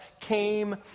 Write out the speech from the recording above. came